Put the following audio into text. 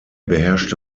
beherrschte